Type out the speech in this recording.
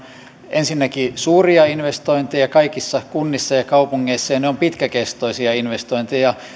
ensinnäkin suuria investointeja kaikissa kunnissa ja kaupungeissa ja ne ovat pitkäkestoisia investointeja